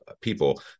people